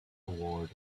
award